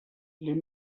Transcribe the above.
les